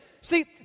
See